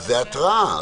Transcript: זו התראה.